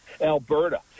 Alberta